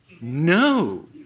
No